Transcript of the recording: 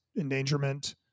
endangerment